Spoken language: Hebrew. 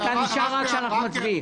אתה נשאר עד שאנחנו מצביעים.